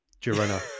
Girona